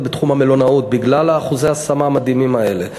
בתחום המלונאות בגלל אחוזי ההשמה המדהימים האלה.